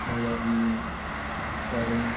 आनी खोरें